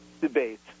debates